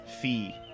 fee